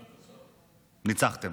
ניצחתם.